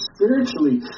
spiritually